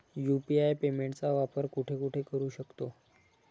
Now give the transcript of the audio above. UPI पेमेंटचा वापर कुठे कुठे करू शकतो?